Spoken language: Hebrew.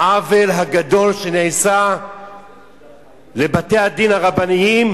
העוול הגדול שנעשה לבתי-הדין הרבניים,